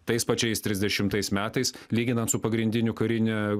tais pačiais trisdešimtais metais lyginant su pagrindiniu karine